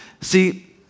See